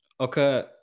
Okay